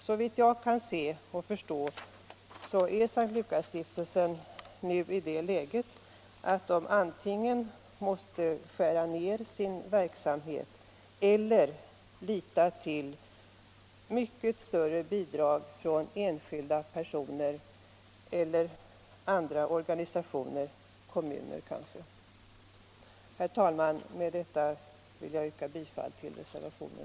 Såvitt jag kan förstå är S:t Lukasstiftelsen nu i det läget att man antingen måste skira ned sin verksamhet eller lita till mycket större bidrag från enskilda personer eller organisatiner — kanske från kommuner. Herr talman! Med det anförda vill jag yrka bifall till reservationen